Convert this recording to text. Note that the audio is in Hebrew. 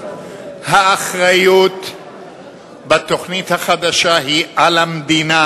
האחריות בתוכנית החדשה היא על המדינה.